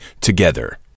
together